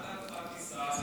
מה דעתך כשר?